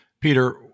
Peter